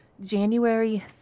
January